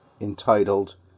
entitled